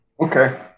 Okay